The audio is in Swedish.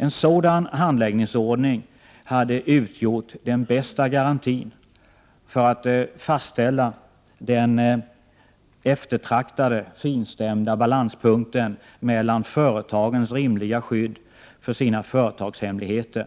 En sådan handläggningsordning hade utgjort den bästa garantin för att fastställa den eftertraktade finstämda balanspunkten mellan företagens rimliga skydd för sina företagshemligheter